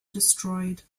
destroyed